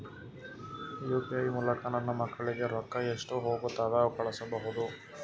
UPI ಮೂಲಕ ನನ್ನ ಮಕ್ಕಳಿಗ ರೊಕ್ಕ ಎಷ್ಟ ಹೊತ್ತದಾಗ ಕಳಸಬಹುದು?